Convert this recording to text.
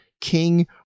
king